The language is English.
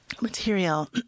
material